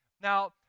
Now